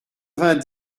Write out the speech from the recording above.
vingt